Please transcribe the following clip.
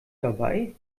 dabei